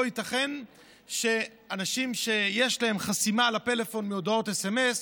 ייתכן שאנשים שיש להם חסימה בפלאפון להודעות סמ"ס,